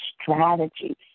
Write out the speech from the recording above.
strategies